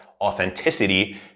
authenticity